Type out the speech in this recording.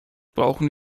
brauchen